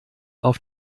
auf